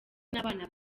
n’abana